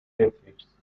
refugees